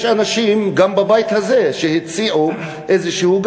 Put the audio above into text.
יש אנשים גם בבית הזה שהציעו איזשהו,